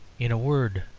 in a word,